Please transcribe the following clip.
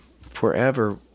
Forever